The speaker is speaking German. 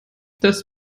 das